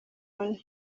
onu